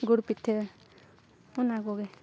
ᱜᱩᱲ ᱯᱤᱴᱷᱟᱹ ᱚᱱᱟ ᱠᱚᱜᱮ